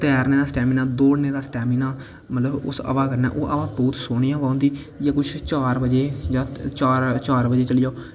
तैरने दा स्टेमिना दौड़ने दा स्टेमिना मतलब उस हवा कन्नै ओह् हवा बड़ी सोहनी होंदी जां कुछ चार बजे चार बजे चली जाओ